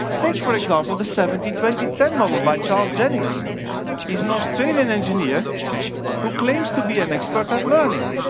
take for example the seventy twenty ten model by charles jennings. he is an australian engineer who claims to be an expert at learning.